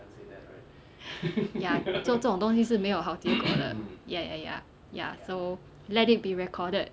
ya 做这种东西是没有好结果的 ya ya ya ya so let it be recorded